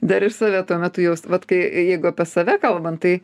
dar ir save tuo metu jaust vat kai jeigu apie save kalbant tai